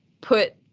put